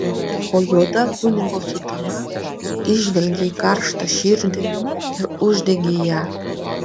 po juoda kunigo sutana įžvelgei karštą širdį ir uždegei ją